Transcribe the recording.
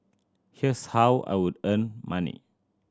here's how I would earn money